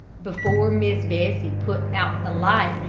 before miss bessie put out the light,